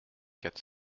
quatre